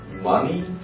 money